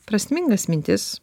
prasmingas mintis